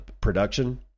production